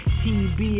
tb